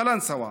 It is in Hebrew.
קלנסווה.